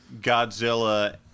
Godzilla